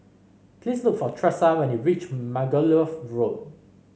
please look for Tressa when you reach Margoliouth Road